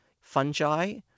fungi